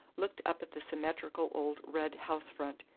looked up at the symmetrical old red house-front,